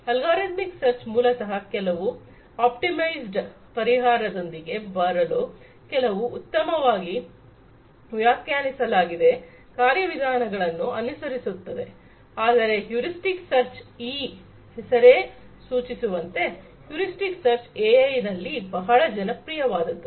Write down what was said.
algorithmic search ಮೂಲತಃ ಕೆಲವು optimised ಪರಿಹಾರದೊಂದಿಗೆ ಬರಲು ಕೆಲವು ಉತ್ತಮವಾಗಿ ವ್ಯಾಖ್ಯಾನಿಸಲಾದ ಕಾರ್ಯವಿಧಾನಗಳನ್ನು ಅನುಸರಿಸುತ್ತದೆ ಆದರೆ ಹ್ಯೂರಿಸ್ಟಿಕ್ ಸರ್ಚ್ ಈ ಹೆಸರೇ ಸೂಚಿಸುವಂತೆ ಹ್ಯೂರಿಸ್ಟಿಕ್ ಸರ್ಚ್ ಎಐ ನಲ್ಲಿ ಬಹಳ ಜನಪ್ರಿಯವಾದದ್ದು